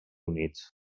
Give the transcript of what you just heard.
units